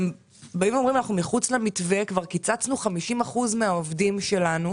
הם אומרים שהם מחוץ למתווה ושקיצצו 50% מהעובדים שלהם.